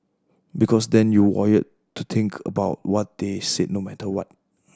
because then you wired to think about what they said no matter what